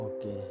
okay